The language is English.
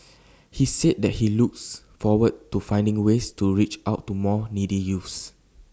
he said that he looks forward to finding ways to reach out to more needy youths